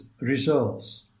results